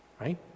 Right